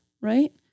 right